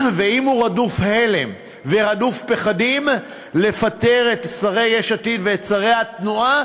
ואם הוא רדוף הלם ורדוף פחדים לפטר את שרי יש עתיד ואת שרי התנועה,